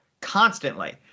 constantly